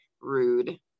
rude